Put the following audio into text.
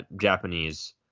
Japanese